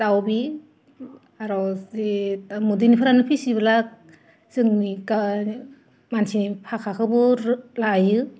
दाउ बे आरो जे उन्दैनिफ्रायनो फिसिबोला जोंनि गा मानसिनि भासाखौबो लायो